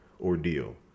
ordeal